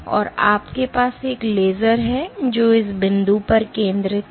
तो आपके पास एक लेजर है जो इस बिंदु पर केंद्रित है